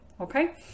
okay